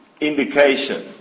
indication